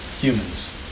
humans